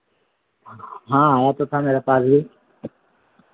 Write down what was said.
हाँ है तो सब मेरा पास भी